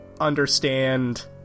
understand